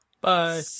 Bye